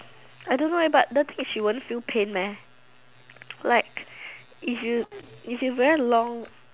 I don't know eh but the thing is she won't feel pain meh like if you if you wear long